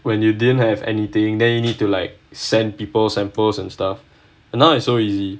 when you didn't have anything then you need to like send people samples and stuff and now it's so easy